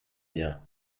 bien